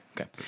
okay